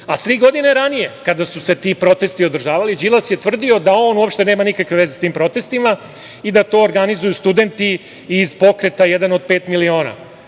A tri godine ranije, kada su se ti protesti održavali, Đilas je tvrdio da on uopšte nema nikakve veze sa tim protestima i da to organizuju studenti iz pokreta "Jedan od pet miliona".